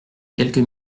quelques